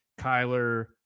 Kyler